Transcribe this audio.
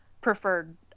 preferred